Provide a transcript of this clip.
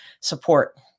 support